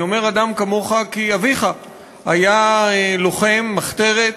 אני אומר "אדם כמוך", כי אביך היה לוחם מחתרת,